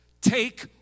take